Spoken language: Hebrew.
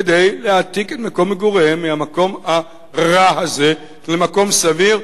כדי להעתיק את מקום מגוריהם מהמקום הרע הזה למקום סביר,